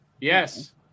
Yes